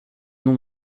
nom